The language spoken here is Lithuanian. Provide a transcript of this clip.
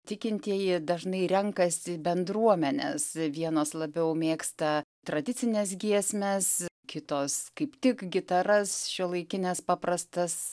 tikintieji dažnai renkasi bendruomenes vienos labiau mėgsta tradicines giesmes kitos kaip tik gitaras šiuolaikines paprastas